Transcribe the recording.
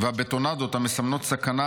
והבטונדות המסמנות סכנה